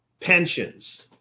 pensions